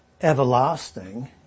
everlasting